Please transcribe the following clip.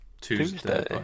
Tuesday